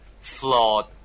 flawed